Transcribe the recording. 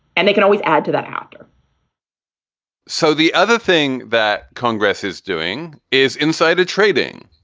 and they can always add to that after so the other thing that congress is doing is insider trading.